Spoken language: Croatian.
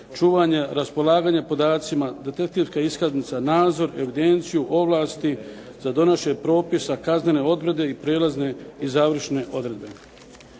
čuvanje, raspolaganje podacima, detektivska iskaznica, nadzor, evidenciju, ovlasti za donošenje propisa, kaznene odredbe i prijelazne i završne odredbe.